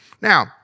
Now